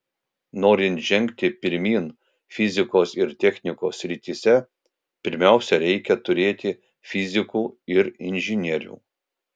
norint žengti pirmyn fizikos ir technikos srityse pirmiausia reikia turėti fizikų ir inžinierių